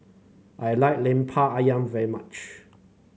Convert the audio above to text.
I like lemper ayam very much